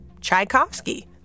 Tchaikovsky